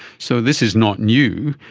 so this is not new.